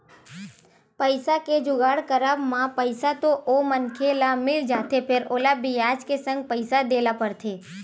पइसा के जुगाड़ करब म पइसा तो ओ मनखे ल मिल जाथे फेर ओला बियाज के संग पइसा देय ल परथे